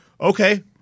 okay